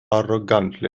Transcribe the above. arrogantly